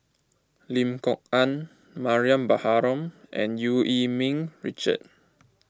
Lim Kok Ann Mariam Baharom and Eu Yee Ming Richard